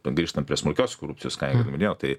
grįžtant prie smulkiosios korupcijos ką jau ir minėjo tai